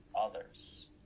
others